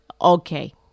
Okay